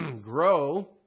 grow